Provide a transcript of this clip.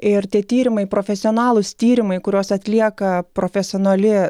ir tie tyrimai profesionalūs tyrimai kuriuos atlieka profesionali